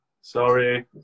Sorry